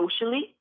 socially